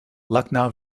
lucknow